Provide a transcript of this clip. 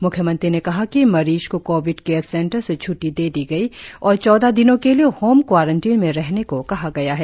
म्ख्यमंत्री ने कहा कि मरीज को कोविड केयर सेंटर से छ्ट्टी दे दी गई और चौदह दिनों के लिए होम क्वारंटिन में रहने को कहा गया है